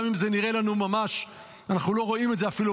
גם אם אנחנו לא רואים את זה בעיניים.